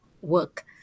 work